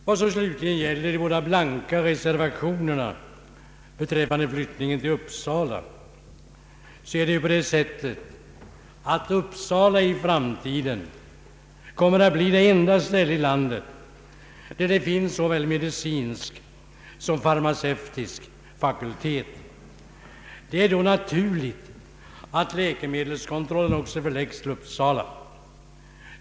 Vad slutligen beträffar de båda blanka reservationerna rörande flyttningen till Uppsala vill jag framhålla, att Uppsala i framtiden kommer att bli det enda ställe i landet där det finns såväl medicinsk som farmaceutisk fakultet. Det är då naturligt att även läkemedelskontrollen förläggs till Uppsala.